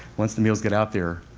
once the meals get out there,